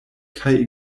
kaj